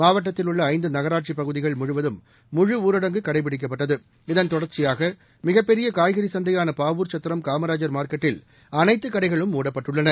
மாவட்டத்தில் உள்ள ஐந்து நகராட்சி பகுதிகள் முழுவதும் முழு ஊரடங்கு கடைபிடிக்கப்பட்டது இதன் தொடர்ச்சியாக மிக பெரிய காய்கறி சந்தையான பாவூர் சத்திரம் காமராஜர் மார்க்கெட்டில் அனைத்து கடைகளும் மூடப்பட்டுள்ளன